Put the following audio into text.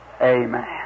Amen